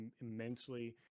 immensely